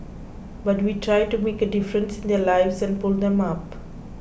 but we try to make a difference in their lives and pull them up